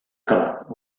acabat